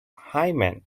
hyman